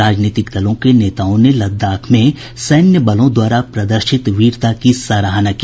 राजनीतिक दलों के नेताओं ने लद्दाख में सैन्य बलों द्वारा प्रदर्शित वीरता की सराहना की